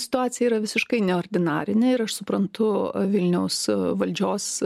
situacija yra visiškai neordinarinė ir aš suprantu vilniaus valdžios